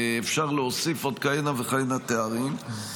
ואפשר להוסיף עוד כהנה וכהנה תארים.